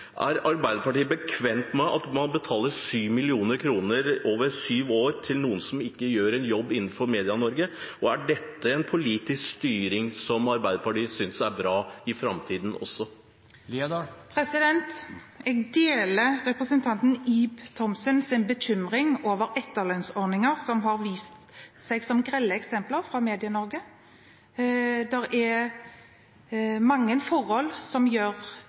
Er Arbeiderpartiet bekvem med at man betaler 7 mill. kr over syv år til noen som ikke gjør en jobb innenfor Medie-Norge? Og er dette en politisk styring som Arbeiderpartiet synes er bra i framtiden også? Jeg deler representanten Ib Thomsens bekymring over etterlønnsordninger som vi har sett grelle eksempler på fra Medie-Norge. Det er mange signaler som